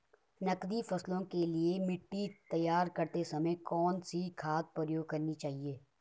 नकदी फसलों के लिए मिट्टी तैयार करते समय कौन सी खाद प्रयोग करनी चाहिए?